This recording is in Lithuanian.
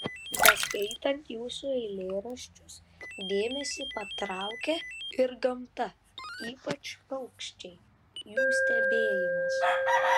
beskaitant jūsų eilėraščius dėmesį patraukia ir gamta ypač paukščiai jų stebėjimas